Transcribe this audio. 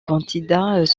candidats